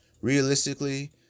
Realistically